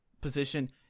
position